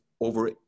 over